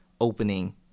opening